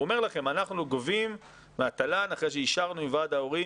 הוא אומר לכם: אנחנו גובים מהתל"ן אחרי שאישרנו עם ועד ההורים,